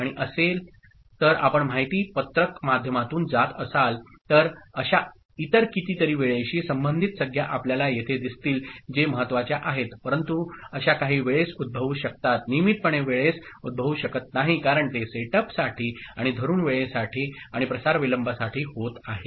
आणिअसेल तरआपण माहिती पत्रक माध्यमातून जात असाल तर अशा इतर कितीतरी वेळेशी संबंधित संज्ञा आपल्याला येथे दिसतील जे महत्त्वाच्या आहेत परंतु अशा काही वेळेस उद्भवू शकतात नियमितपणे वेळेस उद्भवू शकत नाही कारण ते सेटअपसाठी आणि धरून वेळेसाठी आणि प्रसार विलंबसाठी होत आहे